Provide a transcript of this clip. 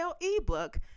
Ebook